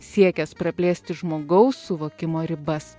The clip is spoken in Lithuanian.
siekęs praplėsti žmogaus suvokimo ribas